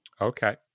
Okay